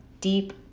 deep